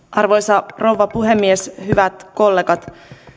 arvoisa rouva puhemies hyvät kollegat